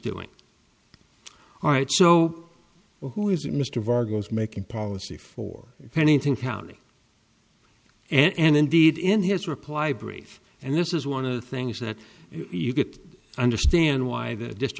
doing all right so who is it mr vargas making policy for anything county and indeed in his reply brief and this is one of the things that you could understand why the